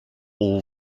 all